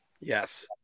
Yes